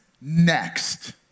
next